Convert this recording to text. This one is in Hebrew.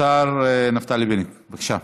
השר נפתלי בנט, בבקשה.